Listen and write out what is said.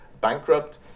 bankrupt